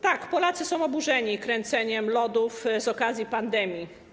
Tak, Polacy są oburzeni kręceniem lodów z okazji pandemii.